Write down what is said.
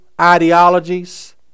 ideologies